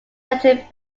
eccentric